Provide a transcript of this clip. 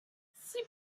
six